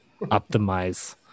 optimize